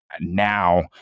now